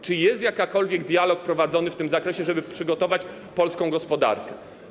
Czy jest jakikolwiek dialog prowadzony w tym zakresie, tak żeby przygotować polską gospodarkę?